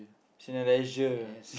Cineleisure